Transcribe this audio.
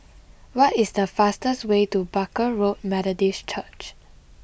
what is the fastest way to Barker Road Methodist Church